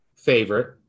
favorite